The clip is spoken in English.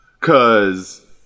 Cause